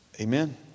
Amen